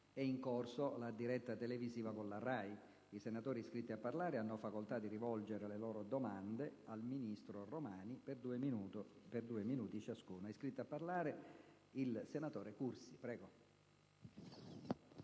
è in corso la diretta televisiva della RAI. I senatori hanno facoltà di rivolgere le loro domande al Ministro per due minuti ciascuno.